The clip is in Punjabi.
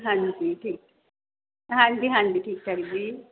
ਹਾਂਜੀ ਠੀਕ ਹਾਂਜੀ ਹਾਂਜੀ ਠੀਕ ਠਾਕ ਜੀ